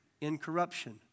incorruption